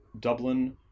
Dublin